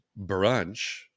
brunch